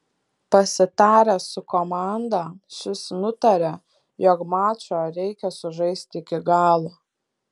pasitaręs su komanda šis nutarė jog mačą reikia sužaisti iki galo